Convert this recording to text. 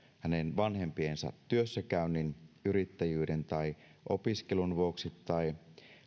hänen vanhempiensa työssäkäynnin yrittäjyyden tai opiskelun vuoksi tai